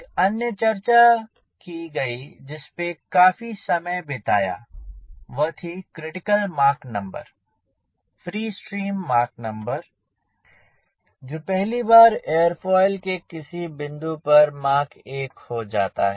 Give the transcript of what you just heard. एक अन्य चर्चा की गई जिसपे काफी समय बिताया वह थी critical Mach number free stream Mach number जो पहली बार एयरोफॉयल के किसी बिंदु पर Mach 1 हो जाता है